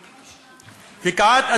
וכעת,